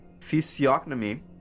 physiognomy